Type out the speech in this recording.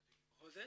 החוזה?